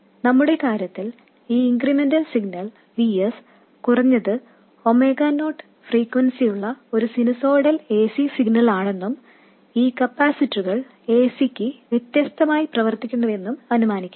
നമ്മുടെ കാര്യത്തിൽ ഈ ഇൻക്രിമെന്റൽ സിഗ്നൽ Vs കുറഞ്ഞത് ഒമേഗ നോട്ട് ഫ്രീക്വെൻസിയുള്ള ഒരു സിനുസോയ്ഡൽ ac സിഗ്നലാണെന്നും ഈ കപ്പാസിറ്ററുകൾ ac ക്ക് വ്യത്യസ്തമായി പ്രവർത്തിക്കുന്നുവെന്നും അനുമാനിക്കാം